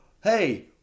hey